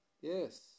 Yes